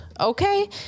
okay